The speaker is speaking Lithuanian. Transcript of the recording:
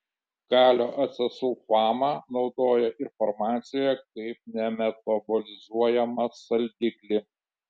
kalio acesulfamą naudoja ir farmacijoje kaip nemetabolizuojamą saldiklį